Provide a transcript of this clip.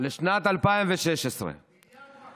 לשנת 2016. 1.5 מיליארד שקלים.